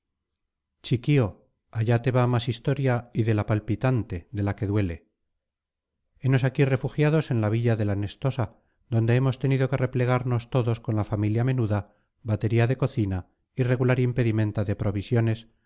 chiquío allá te va más historia y de la palpitante de la que duele henos aquí refugiados en la villa de la nestosa donde hemos tenido que replegarnos todos con la familia menuda batería de cocina y regular impedimenta de provisiones